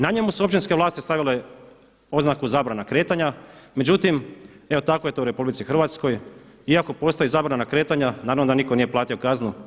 Na njemu su općinske vlasti stavljale oznaku „Zabrana kretanja“, međutim evo tako je to u RH, iako postoji zabrana kretanja naravno da niko nije platio kaznu.